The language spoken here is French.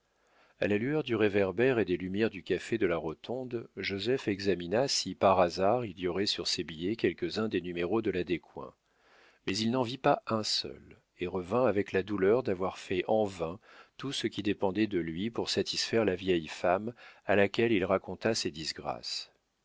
a la lueur du réverbère et des lumières du café de la rotonde joseph examina si par hasard il y aurait sur ces billets quelques-uns des numéros de la descoings mais il n'en vit pas un seul et revint avec la douleur d'avoir fait en vain tout ce qui dépendait de lui pour satisfaire la vieille femme à laquelle il raconta ses disgrâces